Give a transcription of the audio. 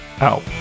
out